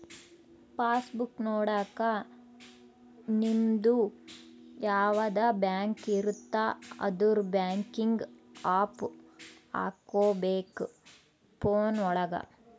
pass book ನೊಡಕ ನಿಮ್ಡು ಯಾವದ ಬ್ಯಾಂಕ್ ಇರುತ್ತ ಅದುರ್ ಬ್ಯಾಂಕಿಂಗ್ ಆಪ್ ಹಕೋಬೇಕ್ ಫೋನ್ ಒಳಗ